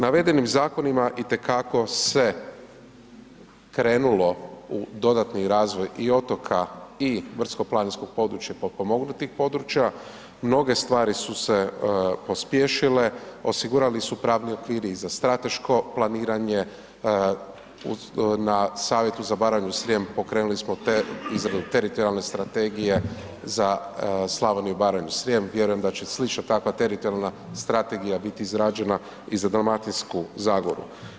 Navedenim zakonima itekako se krenulo u dodatni razvoj i otoka i brdsko planinskih područja i potpomognutih područja, mnoge stvari su se pospješile, osigurali su pravni okviri i za strateško planiranje, na savjetu za Baranju- Srijem pokrenuli smo izradu teritorijalne strategije za Slavoniju-Baranju-Srijem, vjerujem da će slična takva teritorijalna strategija biti izrađena i za Dalmatinsku zagoru.